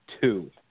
two